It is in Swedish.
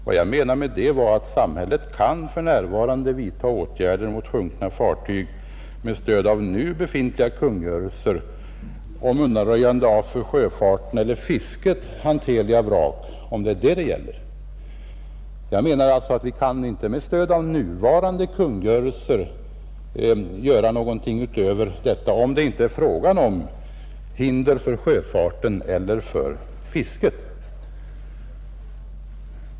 Vad jag menade med det var att samhället för närvarande kan vidta åtgärder mot sjunkna fartyg med stöd av nu befintliga kungörelser om undanröjande av för sjöfarten eller fisket besvärande vrak, Vi kan alltså inte med stöd av nuvarande kungörelser göra någonting, om det inte är fråga om hinder för sjöfarten eller fisket.